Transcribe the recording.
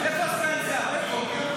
איפה סגן שר?